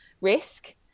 risk